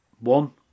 one